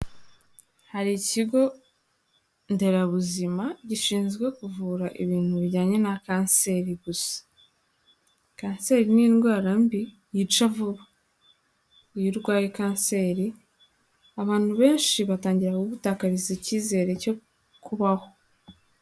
Hari ikigo nderabuzima gishinzwe kuvura ibintu bijyanye na kanseri gusa. Kanseri ni indwara mbi yica vuba, iyo urwaye kanseri abantu benshi batangira kugutakariza icyizere cyo kubaho.